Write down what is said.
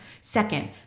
Second